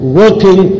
working